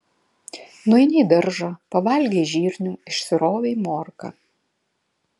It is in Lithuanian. nueini į daržą pavalgei žirnių išsirovei morką